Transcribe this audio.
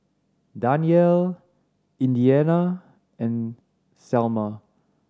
Danyell Indiana and Salma